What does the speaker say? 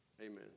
Amen